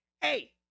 Hey